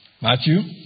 Matthew